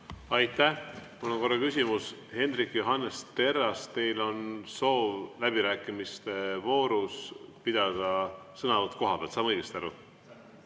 Aitäh! Mul on korra küsimus. Hendrik Johannes Terras, teil on soov läbirääkimiste voorus [teha] sõnavõtt kohapealt. Saan ma õigesti aru?